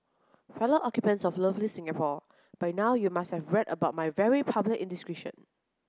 fellow occupants of lovely Singapore by now you must have read about my very public indiscretion